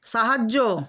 সাহায্য